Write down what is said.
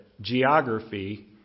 geography